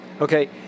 okay